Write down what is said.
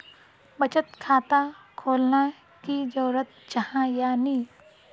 बचत खाता खोलना की जरूरी जाहा या नी?